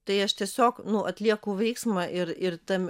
tai aš tiesiog nu atlieku veiksmą ir ir tam